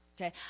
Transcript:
Okay